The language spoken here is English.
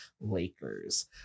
Lakers